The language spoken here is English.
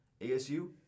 ASU